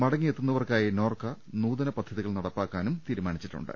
മടങ്ങിയെത്തുന്നവർക്കായി നോർക്ക് നൂതന പദ്ധതികൾ നടപ്പാക്കാൻ തീരുമാനിച്ചിട്ടുണ്ട്